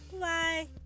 Bye